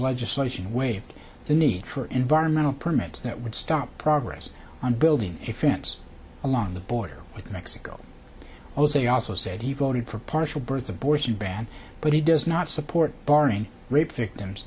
legislation waived the need for environmental permits that would stop progress on building a fence along the border with mexico also he also said he voted for partial birth abortion ban but he does not support barring rape victims